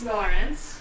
Lawrence